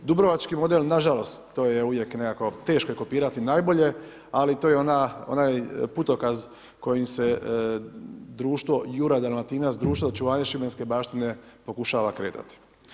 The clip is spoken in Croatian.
Dubrovački model, nažalost, to je uvijek nekako teško je kopirati najbolje, ali to je onaj putokaz kojim se društvo Juraj Dalmatinac, društvo očuvanja šibenske baštine pokušava kretati.